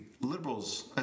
liberals